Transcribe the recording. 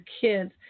Kids